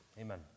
amen